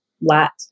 lat